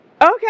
Okay